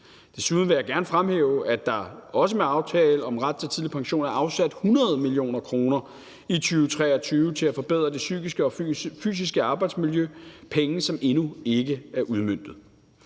Desuden vil jeg gerne fremhæve, at der med aftalen om ret til tidlig pension også er afsat 100 mio. kr. i 2023 til at forbedre det psykiske og fysiske arbejdsmiljø. Det er penge, som endnu ikke er udmøntet.